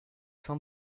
fin